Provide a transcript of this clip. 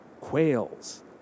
quails